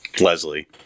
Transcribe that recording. Leslie